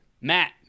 Matt